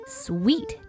sweet